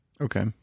Okay